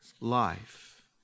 life